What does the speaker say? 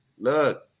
Look